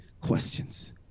questions